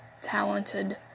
talented